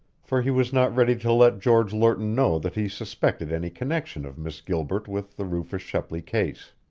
for he was not ready to let george lerton know that he suspected any connection of miss gilbert with the rufus shepley case.